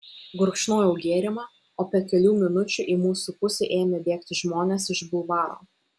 gurkšnojau gėrimą o po kelių minučių į mūsų pusę ėmė bėgti žmonės iš bulvaro